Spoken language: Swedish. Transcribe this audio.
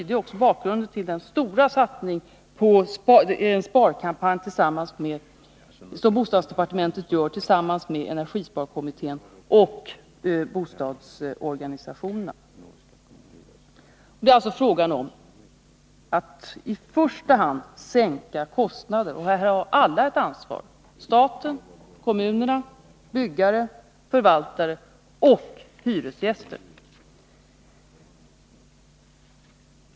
Det är också bakgrunden till den stora satsning på en sparkampanj som bostadsdepartementet gör tillsammans med energisparkommittén och bostadsorganisationerna. Det är alltså fråga om att i första hand sänka kostnader, och här har alla ett ansvar — staten, kommunerna, byggarna, förvaltarna och hyresgästerna.